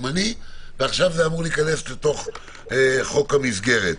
ועכשיו זה אמור להיכנס לתוך חוק המסגרת.